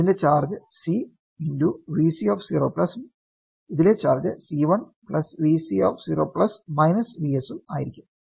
ഇതിന്റെ charge C×Vc0 ഉം ഇതിലെ ചാർജ് C1×Vc 0 Vs ഉം ആയിരിക്കും